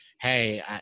hey